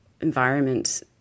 environment